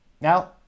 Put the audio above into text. now